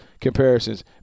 comparisons